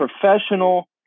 professional